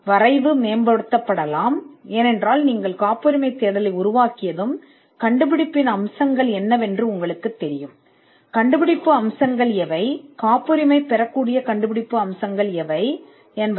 வரைவு மேம்படுத்தப்படலாம் ஏனென்றால் நீங்கள் காப்புரிமைத் தேடலை உருவாக்கியதும் கண்டுபிடிப்பின் அம்சங்கள் என்னவென்று உங்களுக்குத் தெரியும் நாங்கள் முன்பே விவாதித்த கண்டுபிடிப்பு அம்சங்கள் எங்கள் முந்தைய பாடங்களில் ஒன்றில் காப்புரிமை பெறக்கூடிய கண்டுபிடிப்பு அம்சங்கள் என்ன என்று